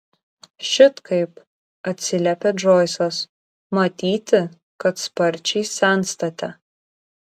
šit kaip atsiliepė džoisas matyti kad sparčiai senstate